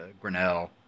Grinnell